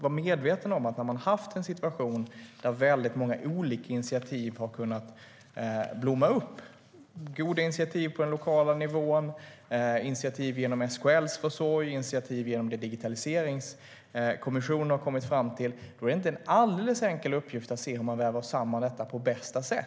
När man har haft en situation där väldigt många olika initiativ har kunnat blomma upp - goda initiativ på den lokala nivån, initiativ genom SKL:s försorg, initiativ genom Digitaliseringskommissionen - är det inte en alldeles enkel uppgift att väga samman detta på bästa sätt.